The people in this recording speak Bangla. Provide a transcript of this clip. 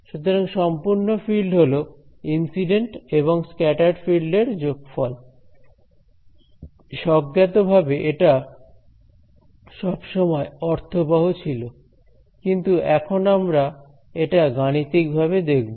সুতরাং সম্পূর্ণ ফিল্ড হল ইনসিডেন্ট এবং স্ক্যাটার্ড ফিল্ডের যোগফল স্বজ্ঞাত ভাবে এটা সবসময় অর্থবহ ছিল কিন্তু এখন আমরা এটা গাণিতিকভাবে দেখব